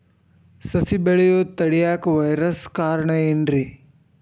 ಸಸಿ ಬೆಳೆಯುದ ತಡಿಯಾಕ ವೈರಸ್ ಕಾರಣ ಏನ್ರಿ?